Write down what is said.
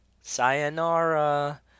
Sayonara